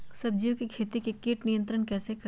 सब्जियों की खेती में कीट नियंत्रण कैसे करें?